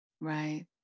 Right